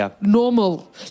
normal